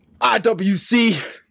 IWC